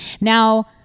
Now